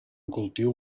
cultiu